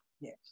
Yes